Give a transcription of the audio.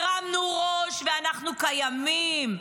הרמנו ראש ואנחנו קיימים.